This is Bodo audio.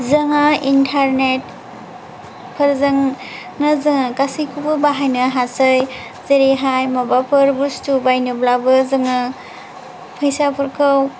जों इन्टारनेटफोरजोंनो जों गासिखौबो बाहायनो हासै जेरैहाय माबाफोर बुस्तु बायनोब्लाबो जों फैसाफोरखौ